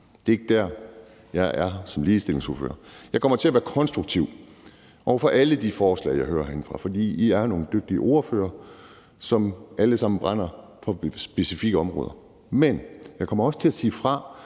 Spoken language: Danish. Det er ikke derfor, jeg er her som ligestillingsordfører. Jeg kommer til at være konstruktiv over for alle de forslag, jeg hører herinde, for I er nogle dygtige ordførere, som alle sammen brænder for specifikke områder. Men jeg kommer også til at sige fra,